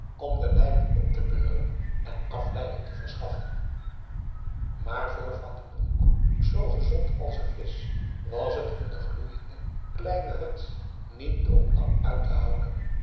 om den lijder op te beuren en afleiding te verschaffen maar voor van den broek zoo gezond als een visch was het in de gloeiende kleine hut niet om lang uit te houden